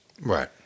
right